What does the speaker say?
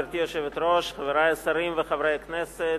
חברי השרים וחברי הכנסת,